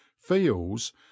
feels